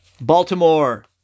Baltimore